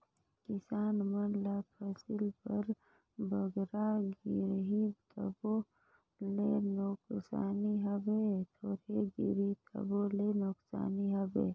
किसान मन ल फसिल बर बगरा गिरही तबो ले नोसकानी हवे, थोरहें गिरही तबो ले नोसकानी हवे